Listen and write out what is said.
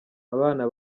abana